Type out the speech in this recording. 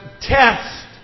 test